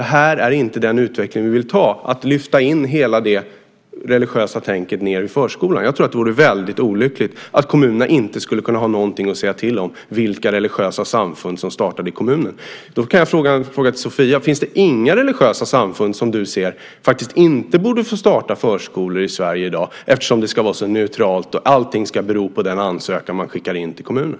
Det här är inte den utveckling vi vill ha, nämligen att lyfta hela det religiösa tänket ned i förskolan. Jag tror att det vore väldigt olyckligt om kommunerna inte skulle kunna ha någonting att säga till om beträffande vilka religiösa samfund som startar i kommunen. Jag kan ställa en fråga till Sofia: Finns det inga religiösa samfund som du ser faktiskt inte borde få starta förskolor i Sverige i dag, eftersom det ska vara så neutralt och allting ska bero på den ansökan man skickar in till kommunen?